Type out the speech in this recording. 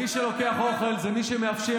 מי שלוקח אוכל זה מי שמאפשר,